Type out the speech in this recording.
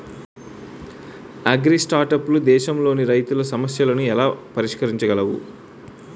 అగ్రిస్టార్టప్లు దేశంలోని రైతుల సమస్యలను ఎలా పరిష్కరించగలవు?